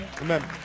amen